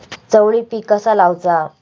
चवळी पीक कसा लावचा?